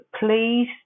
please